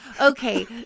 okay